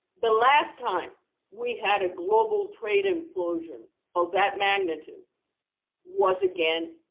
the last time we had a global trade implosion of that magnitude was, again,